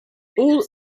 all